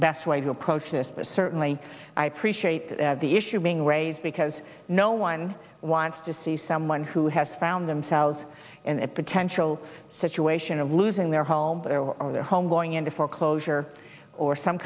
best way to approach this but certainly i appreciate the issue being raised because no one wants to see someone who has found themselves in a potential situation of losing their homes that are on their home going into foreclosure or some